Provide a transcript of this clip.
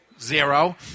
zero